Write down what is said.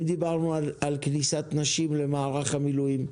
אם דיברנו על כניסת נשים למערך המילואים,